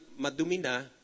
madumina